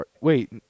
Wait